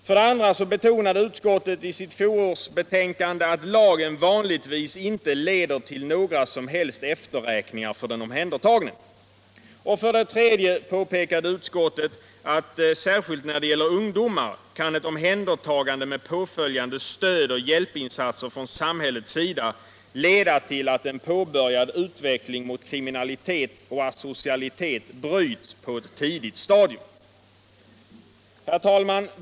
För det andra betonade utskottet i sitt fjolårsbetänkande att ”ett omhändertagande enligt lagen vanligtvis inte leder till några som helst efterräkningar för den omhändertagne”. För det tredje påpekade utskottet att ”särskilt när det gäller ungdomar ett omhändertagande med åtföljande stöd och hjälpinsatser från samhällets sida kan leda till att en påbörjad utveckling mot kriminalitet och asocialitet bryts på cett tidigt stadium”. Herr talman!